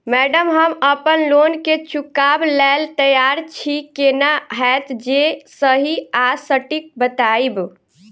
Madam हम अप्पन loan केँ चुकाबऽ लैल तैयार छी केना हएत जे सही आ सटिक बताइब?